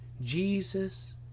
Jesus